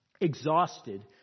exhausted